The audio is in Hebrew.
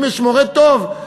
אם יש מורה טוב,